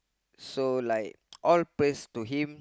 so like all praise to him